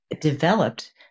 developed